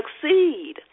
succeed